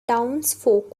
townsfolk